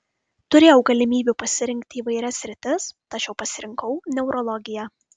turėjau galimybių pasirinkti įvairias sritis tačiau pasirinkau neurologiją